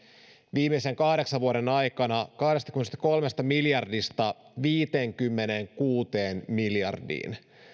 viimeisen kahdeksan vuoden aikana kahdestakymmenestäkolmesta miljardista viiteenkymmeneenkuuteen miljardiin